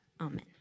Amen